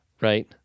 right